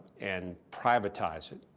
and privatize it,